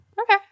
Okay